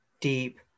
Deep